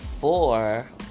four